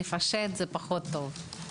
לפשט זה פחות טוב.